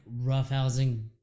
roughhousing